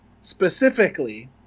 specifically